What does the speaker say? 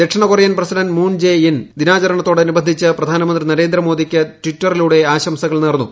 ദക്ഷിണ Korean president Moon Jae In ദിനാചരണത്തോടനുബന്ധിച്ച് പ്രധാനമന്തി നരേന്ദ്രമോദിക്ക് ടിറ്ററിലൂടെ ആശംസകൾ നേർന്നു